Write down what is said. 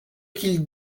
qu’ils